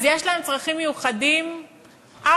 אז יש להם צרכים מיוחדים אפריורי.